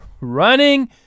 Running